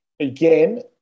Again